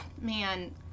man